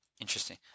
Interesting